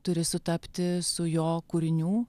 turi sutapti su jo kūrinių